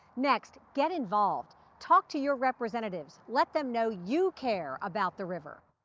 next, get involved. talk to your representatives. let them know you care about the river.